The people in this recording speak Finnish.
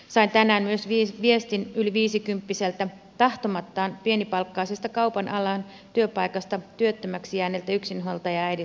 sain tänään viestin myös yli viisikymppiseltä tahtomattaan pienipalkkaisesta kaupan alan työpaikasta työttömäksi jääneeltä yksinhuoltajaäidiltä